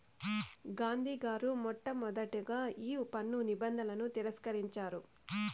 గాంధీ గారు మొట్టమొదటగా ఈ పన్ను నిబంధనలను తిరస్కరించారు